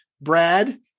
Brad